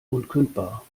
unkündbar